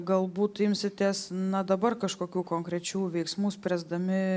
galbūt imsitės na dabar kažkokių konkrečių veiksmų spręsdami